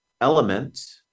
element